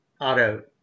auto